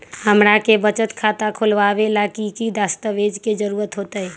हमरा के बचत खाता खोलबाबे ला की की दस्तावेज के जरूरत होतई?